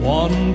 one